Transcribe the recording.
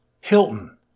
Hilton